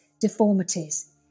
deformities